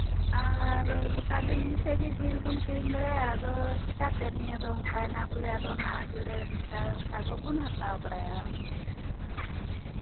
ᱟᱨ ᱜᱚᱴᱟ ᱫᱤᱱ ᱱᱤᱛᱳᱜ ᱜᱮ ᱡᱤᱞ ᱵᱚᱱ ᱠᱤᱨᱤᱧ ᱵᱟᱲᱟᱭᱟ ᱟᱫᱚ ᱪᱮᱠᱟᱛᱮ ᱱᱤᱭᱟᱹ ᱫᱚ ᱚᱝᱠᱟᱭᱱᱟ ᱵᱚᱞᱮ ᱟᱫᱚ ᱚᱱᱟ ᱜᱮᱞᱮ ᱢᱮᱱᱫᱟ ᱵᱟᱠᱷᱟᱱ ᱵᱟᱵᱚᱱ ᱦᱟᱛᱟᱣ ᱵᱟᱲᱟᱭᱟ